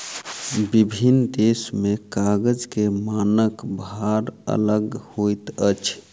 विभिन्न देश में कागज के मानक भार अलग होइत अछि